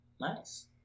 Nice